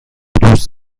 دوست